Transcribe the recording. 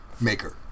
maker